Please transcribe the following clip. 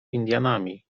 indianami